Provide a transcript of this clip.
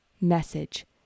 message